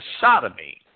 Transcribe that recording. sodomy